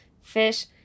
Fish